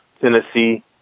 Tennessee